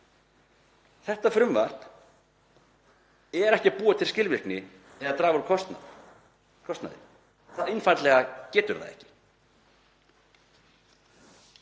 Þetta frumvarp er ekki að búa til skilvirkni eða draga úr kostnaði, það einfaldlega getur það ekki.